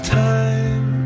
time